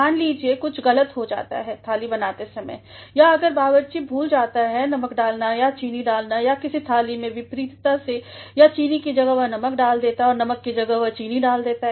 मान लीजिए कुछ गलत हो जाता है थालीबनाते समय या अगरबावर्चीभूल जाता है नामक डालना या चीनी डालना किसी थाली में या विपरीतता से या चीनी के जगह वह नमक डाल देता है और नमक के जगह वह चीनी डाल देता है